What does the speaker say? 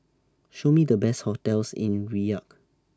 Show Me The Best hotels in Riyadh